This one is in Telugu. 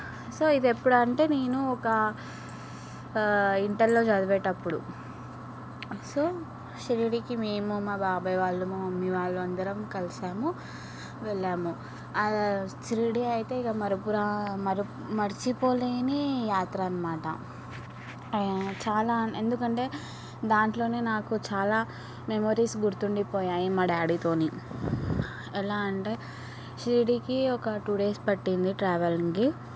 సో ఇది ఎప్పుడంటే నేను ఒక ఇంటర్లో చదివేటప్పుడు సో షిరిడీకి మేము మా బాబాయి వాళ్ళు మా మమ్మీ వాళ్ళు అందరం కలిసాము వెళ్ళాము అలా షిరిడి అయితే మరపురా మర్చిపోలేని యాత్ర అన్నమాట చాలా ఎందుకంటే దాంట్లోనే నాకు చాలా మెమరీస్ గుర్తుండిపోయాయి మా డాడీతో ఎలా అంటే షిరిడీకి ఒక టూ డేస్ పట్టింది ట్రావెలింగ్కి